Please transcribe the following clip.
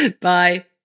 Bye